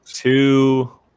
Two